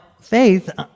Faith